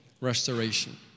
restoration